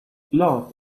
laugh